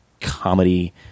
comedy